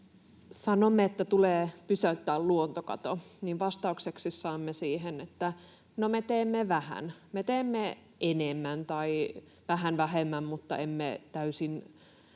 sanomme, että tulee pysäyttää luontokato, niin vastaukseksi saamme siihen, että ”no me teemme vähän”, ”me teemme enemmän” tai ”vähän vähemmän, mutta emme täysin